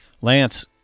Lance